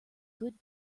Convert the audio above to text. good